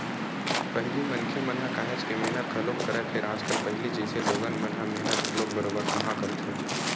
पहिली मनखे मन ह काहेच के मेहनत घलोक करय, फेर आजकल पहिली जइसे लोगन मन ह मेहनत घलोक बरोबर काँहा करथे